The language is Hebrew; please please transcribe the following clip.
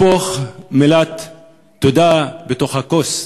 אתה לא תשפוך את המילה "תודה" לתוך כוס.